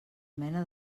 mena